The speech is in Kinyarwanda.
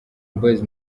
boyz